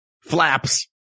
flaps